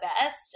best